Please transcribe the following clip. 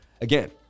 again